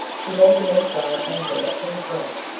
behold the may-flower anchored at plymouth rock,